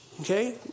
Okay